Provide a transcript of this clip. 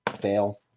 Fail